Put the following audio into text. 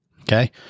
Okay